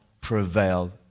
prevail